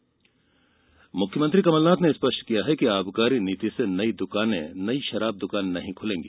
कमलनाथ शराब मुख्यमंत्री कमलनाथ ने स्पष्ट किया है कि आबकारी नीति से नई शराब दकानें नहीं खुलेंगी